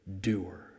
doer